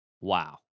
wow